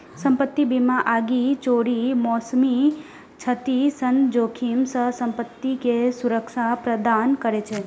संपत्ति बीमा आगि, चोरी, मौसमी क्षति सन जोखिम सं संपत्ति कें सुरक्षा प्रदान करै छै